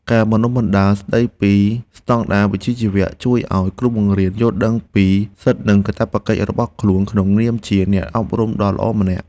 ការបណ្តុះបណ្តាលស្តីពីស្តង់ដារវិជ្ជាជីវៈជួយឱ្យគ្រូបង្រៀនយល់ដឹងពីសិទ្ធិនិងកាតព្វកិច្ចរបស់ខ្លួនក្នុងនាមជាអ្នកអប់រំដ៏ល្អម្នាក់។